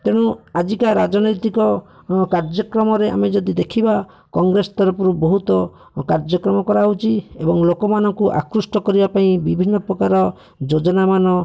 ତେଣୁ ଆଜିକା ରାଜନୈତିକ କାର୍ଯ୍ୟକ୍ରମରେ ଆମେ ଯଦି ଦେଖିବା କଂଗ୍ରେସ ତରଫରୁ ବହୁତ କାର୍ଯ୍ୟକ୍ରମ କରାଯାଉଛି ଏବଂ ଲୋକମାନଙ୍କୁ ଆକୃଷ୍ଟ କରିବା ପାଇଁ ବିଭିନ୍ନ ପ୍ରକାର ଯୋଜନାମାନ